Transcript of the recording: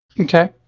Okay